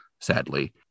sadly